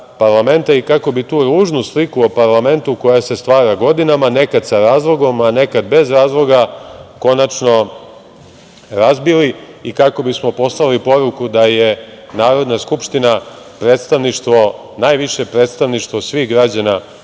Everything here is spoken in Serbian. i kako bi tu ružnu sliku o parlamentu koja se stvara godinama, nekad sa razlogom, a nekad bez razloga, konačno razbili i kako bismo poslali poruku da je Narodna skupština predstavništvo, najviše predstavništvo svih građana